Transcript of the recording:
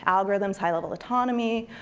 algorithms, high-level autonomy,